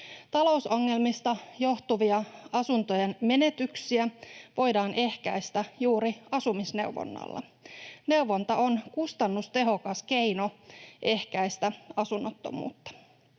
Talousongelmista johtuvia asuntojen menetyksiä voidaan ehkäistä juuri asumisneuvonnalla. Neuvonta on kustannustehokas keino ehkäistä asunnottomuutta.